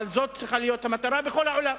אבל זו צריכה להיות המטרה בכל העולם.